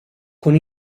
con